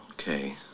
Okay